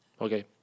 Okay